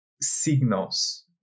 signals